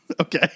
Okay